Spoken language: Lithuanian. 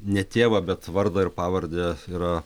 ne tėvą bet vardą ir pavardę yra